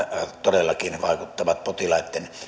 todellakin vaikuttavat potilaitten